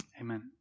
Amen